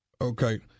Okay